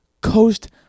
Coast